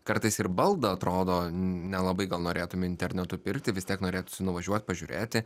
kartais ir baldą atrodo n nelabai gal norėtum internetu pirkti vis tiek norėtųs nuvažiuot pažiūrėti